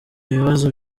ibibazo